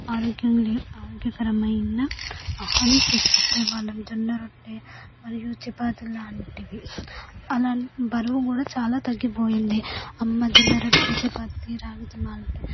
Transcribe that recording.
ఆరోగ్య ఆరోగ్యకరమైన ఆహారం చేసిపెట్టే వాళ్ళం జొన్న రొట్టె మరియు చపాతీ లాంటివి అలా బరువు కూడా చాలా తగ్గిపోయింది అమ్మ జొన్న రొట్టె చపాతి రాగి మాల్ట్